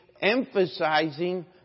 emphasizing